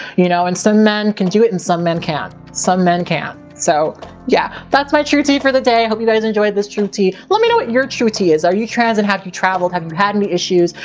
you know, and some men can do it and some men can't. some men can't. yeah, so yeah that's my true tea of the day. hope you guys enjoyed this true tea. lemme know what your true tea is. are you trans and have you travelled? have you had any issues?